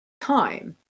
time